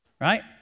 Right